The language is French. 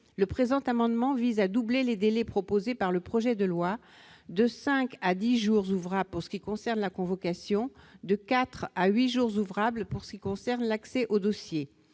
Le présent amendement vise à doubler les délais proposés par le projet de loi : de cinq à dix jours ouvrables pour ce qui concerne la convocation ; de quatre à huit jours ouvrables pour ce qui concerne l'accès au dossier.